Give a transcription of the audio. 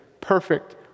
perfect